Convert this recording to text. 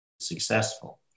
successful